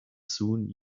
soon